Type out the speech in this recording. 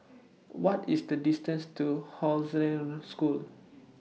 What IS The distance to Hollandse School